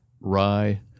Rye